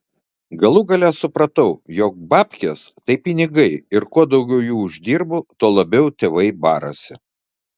galų gale supratau jog babkės tai pinigai ir kuo daugiau jų uždirbu tuo labiau tėvai barasi